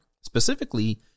specifically